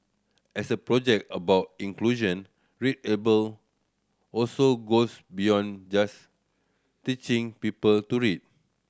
as a project about inclusion readable also goes beyond just teaching people to read